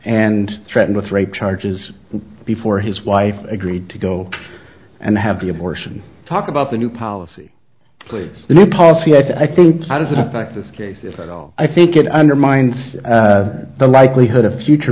and threatened with rape charges before his wife agreed to go and have the abortion talk about the new policy was the new policy i think how does this affect this case if at all i think it undermines the likelihood of future